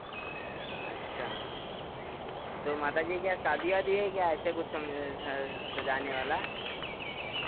अच्छा तो माताजी तो शादी वादी है क्या ऐसे कुछ सजाने वाला